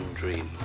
dream